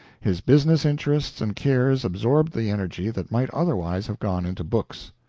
his business interests and cares absorbed the energy that might otherwise have gone into books.